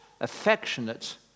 affectionate